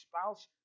spouse